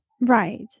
Right